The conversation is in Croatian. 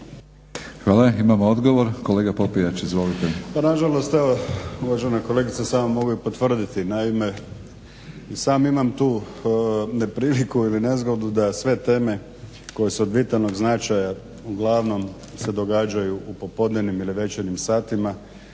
Hvala. Imamo odgovor. Kolega Popijač, izvolite. **Popijač, Đuro (HDZ)** Pa na žalost evo uvažena kolegice samo mogu i potvrditi. Naime, i sam imam tu nepriliku ili nezgodu da sve teme koje su od vitalnog značaja uglavnom se događaju u popodnevnim ili večernjim satima,